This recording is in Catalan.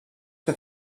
que